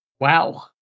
Wow